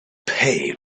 pay